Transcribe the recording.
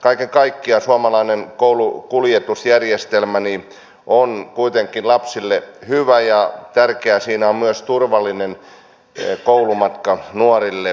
kaiken kaikkiaan suomalainen koulukuljetusjärjestelmä on kuitenkin lapsille hyvä ja tärkeää siinä on myös turvallinen koulumatka nuorille koululaisille